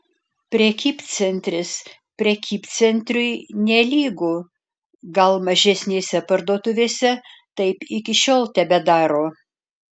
prekybcentris prekybcentriui nelygu gal mažesnėse parduotuvėse taip iki šiol tebedaro